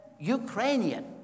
Ukrainian